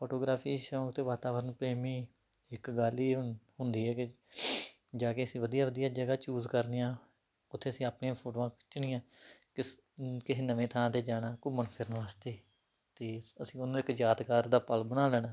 ਅਤੇ ਫੋਟੋਗ੍ਰਾਫੀ ਸ਼ੌਂਕ ਅਤੇ ਵਾਤਾਵਰਨ ਪ੍ਰੇਮੀ ਇੱਕ ਗੱਲ ਹੀ ਹੁੰਦੀ ਆ ਕਿ ਜਾ ਕੇ ਅਸੀਂ ਵਧੀਆ ਵਧੀਆ ਜਗ੍ਹਾ ਚੂਜ਼ ਕਰਨੀਆਂ ਉੱਥੇ ਅਸੀਂ ਆਪਣੀਆਂ ਫੋਟੋਆਂ ਖਿੱਚਣੀਆਂ ਕਿਸ ਕਿਹੇ ਨਵੇਂ ਥਾਂ 'ਤੇ ਜਾਣਾ ਘੁੰਮਣ ਫਿਰਨ ਵਾਸਤੇ ਅਤੇ ਅਸੀਂ ਉਹਨੂੰ ਇਕ ਯਾਦਗਾਰ ਦਾ ਪਲ ਬਣਾ ਲੈਣਾ